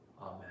Amen